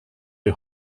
die